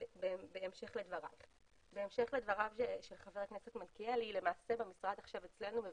בהמשך לשאלתו של חבר הכנסת מלכיאלי, יש